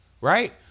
right